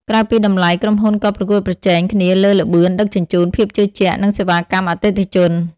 ក្រៅពីតម្លៃ ក្រុមហ៊ុនក៏ប្រកួតប្រជែងគ្នាលើល្បឿនដឹកជញ្ជូន ភាពជឿជាក់ និងសេវាកម្មអតិថិជន។